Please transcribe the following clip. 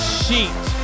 sheet